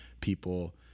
people